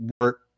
work